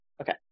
Okay